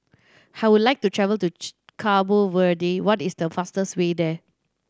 I would like to travel to Cabo Verde what is the fastest way there